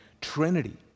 Trinity